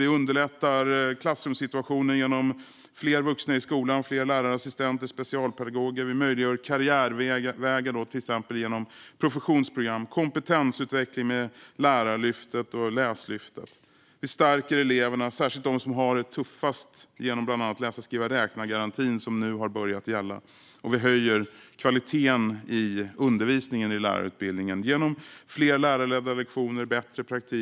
Vi underlättar klassrumssituationen genom fler vuxna i skolan och genom fler lärarassistenter och specialpedagoger. Vi möjliggör karriärvägar, till exempel genom professionsprogram. Vi möjliggör kompetensutveckling med Lärarlyftet och Läslyftet. Vi stärker eleverna, särskilt dem som har det tuffast, bland annat genom den läsa-skriva-räkna-garanti som nu har börjat gälla. Vi höjer kvaliteten på undervisningen i lärarutbildningen genom fler lärarledda lektioner och bättre praktik.